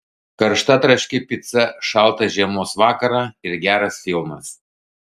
karšta traški pica šaltą žiemos vakarą ir geras filmas